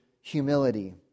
humility